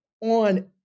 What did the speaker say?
on